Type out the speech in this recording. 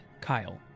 Kyle